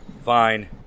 Fine